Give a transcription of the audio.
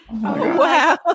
Wow